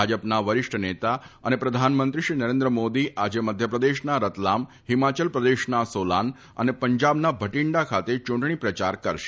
ભાજપના વરિષ્ઠ નેતા અને પ્રધાનમંત્રી શ્રી નરેન્દ્ર મોદી આજે મધ્યપ્રદેશના રતલામ હિમાચલપ્રદેશના સોલાન અને પંજાબના ભટીન્ડા ખાતે ચૂંટણી પ્રચાર કરશે